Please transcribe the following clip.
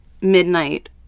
midnight